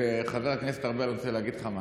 וחבר הכנסת ארבל, אני רוצה להגיד לך משהו: